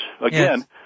Again